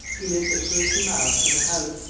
he lives at two or three miles from the house,